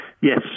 Yes